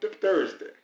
Thursday